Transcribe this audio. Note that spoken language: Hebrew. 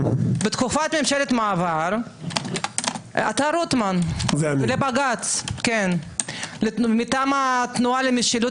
בתקופת ממשלת מעבר עתר רוטמן לבג"ץ מטעם התנועה למשילות